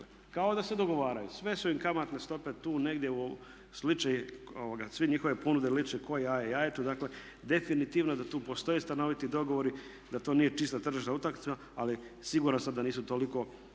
kao da se dogovaraju. Sve su im kamatne stope tu negdje, sliče, sve njihove ponude liče ko jaje jajetu. Dakle, definitivno je da tu postoje stanoviti dogovori, da to nije čista tržišna utakmica, ali siguran sam da nisu toliko